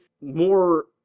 more